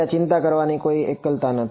તેથી ત્યાં ચિંતા કરવાની કોઈ એકલતા નથી